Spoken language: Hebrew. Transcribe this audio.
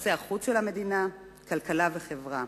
יחסי החוץ של המדינה, כלכלה וחברה,